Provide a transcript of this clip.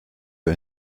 you